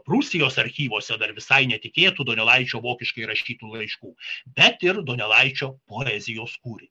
prūsijos archyvuose dar visai netikėtų donelaičio vokiškai rašytų laiškų bet ir donelaičio poezijos kūrinį